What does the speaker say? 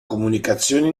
comunicazione